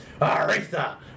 Aretha